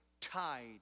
tied